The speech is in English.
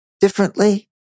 differently